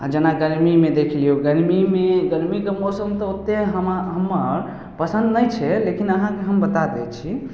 आ जेना गर्मीमे देखियौ गर्मीमे गर्मीके मौसम तऽ ओतेक हमा हम्मर पसन्द नहि छै लेकिन अहाँकेॅं हम बता दै छी